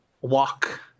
walk